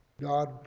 God